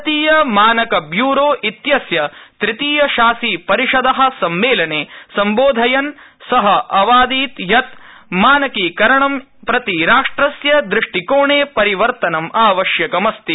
भारतीय मानक ब्यूरो इत्यस्य तृतीय शासि परिषद सम्मेलने सम्बोधयता तेन प्रतिपादितं यत् मानकीकरणं प्रति राष्ट्रस्य दृष्टिकोणे परिवर्तनम् आवश्यकमस्ति